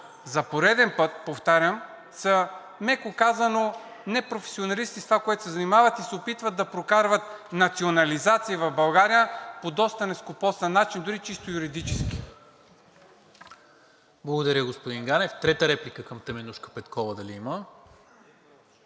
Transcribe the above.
за пореден път – повтарям – са, меко казано, непрофесионалисти в това, с което се занимават, и се опитват да прокарват национализации в България по доста нескопосан начин дори чисто юридически. ПРЕДСЕДАТЕЛ НИКОЛА МИНЧЕВ: Благодаря, господин Ганев. Трета реплика към Теменужка Петкова дали има?